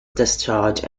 discharge